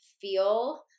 feel